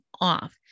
off